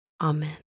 Amen